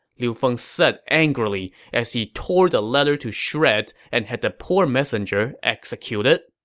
liu feng said angrily as he tore the letter to shreds and had the poor messenger executed.